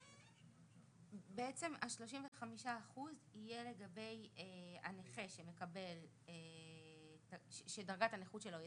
בעצם ה-35% יהיה לגבי הנכה שדרגת הנכות שלו היא